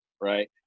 right